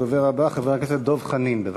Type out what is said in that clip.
הדובר הבא, חבר הכנסת דב חנין, בבקשה.